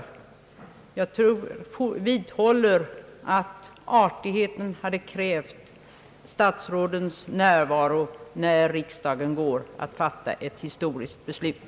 Jag vidhåller att artigheten hade krävt statsrådens närvaro, då riksdagen går att fatta ett historiskt beslut.